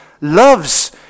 loves